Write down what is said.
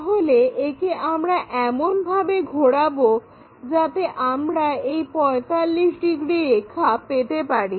তাহলে একে আমরা এমন ভাবে ঘোরাবো যাতে আমরা এই 45° রেখা পেতে পারি